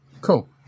Cool